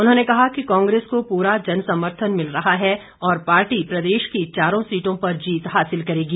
उन्होंने कहा कि कांग्रेस को पूरा जनसमर्थन मिल रहा है और पार्टी प्रदेश की चारों सीटों पर जीत हासिल करेगी